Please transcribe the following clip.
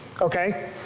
Okay